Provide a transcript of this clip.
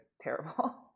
terrible